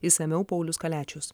išsamiau paulius kaliačius